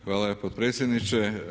Hvala potpredsjedniče.